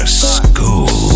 school